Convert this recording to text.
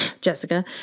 Jessica